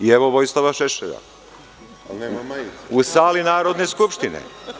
I evo Vojislava Šešelja u sali Narodne skupštine.